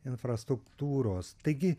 infrastruktūros taigi